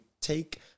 take